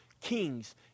kings